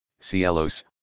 Cielos